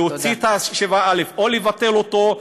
להוציא את 7א או לבטל אותו,